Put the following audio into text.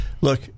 Look